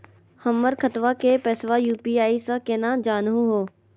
हमर खतवा के पैसवा यू.पी.आई स केना जानहु हो?